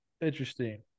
Interesting